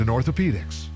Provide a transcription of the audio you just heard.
orthopedics